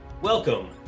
Welcome